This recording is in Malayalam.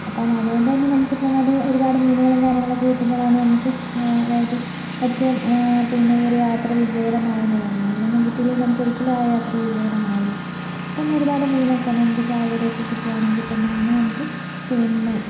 അപ്പം അതുകൊണ്ട്തന്നെ നമുക്കിപ്പം അത് ഒരുപാട് മീനുകളും കാര്യങ്ങളും ഒക്കെ കിട്ടുമ്പോഴാണ് നമുക്ക് അതായത് എറ്റവും പിന്നെ ഈ ഒര് യാത്ര വിജയകരമാവുന്നത് അതിന് മീനൊന്നും കിട്ടിയില്ലെൽ നമ്മക്കൊരിക്കലും ആ യാത്ര വിജയകരമാവില്ല അപ്പം ഒരുപാട് മീനൊക്കെ നമുക്ക് ചാകരയൊക്കെ കിട്ടുവാണെങ്കിൽ തന്നാണ് നമുക്ക് പിന്നെ